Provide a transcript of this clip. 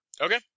Okay